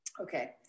Okay